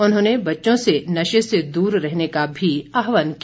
उन्होंने बच्चों से नशे से दूर रहने का भी आहवान किया